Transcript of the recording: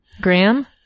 Graham